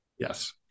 Yes